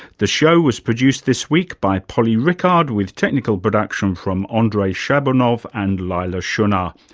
the show was produced this week by polly rickard with technical production from ah andrei shabanov and leila schunnar.